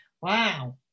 Wow